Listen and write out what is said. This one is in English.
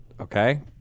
Okay